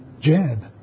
jab